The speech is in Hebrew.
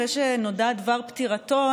אחרי שנודע דבר פטירתו,